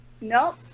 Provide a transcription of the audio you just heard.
nope